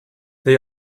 they